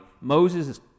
Moses